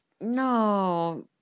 No